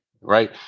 right